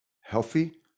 healthy